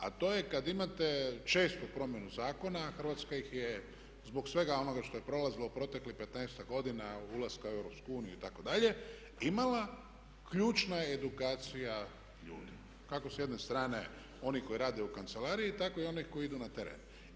A to je kad imate čestu promjenu zakona a Hrvatska ih je zbog svega onoga što je prolazila u proteklih petnaesta godina ulaska u EU itd. imala ključna je edukacija ljudi kako s jedne strane onih koji rade u kancelariji tako i onih koji idu na teren.